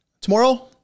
tomorrow